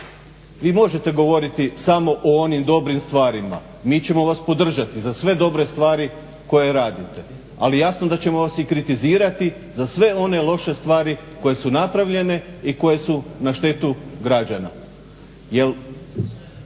Vi možete govoriti samo o onim dobrim stvarima, mi ćemo vas podržati za sve dobre stvari koje radite ali jasno da ćemo vas i kritizirati za sve one loše stvari koje su napravljene i koje su na štetu građana.